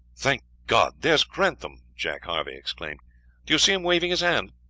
thank god, there's grantham! jack harvey exclaimed do you see him waving his hand?